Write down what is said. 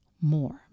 more